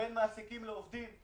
בין מעסיקים לעובדים,